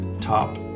top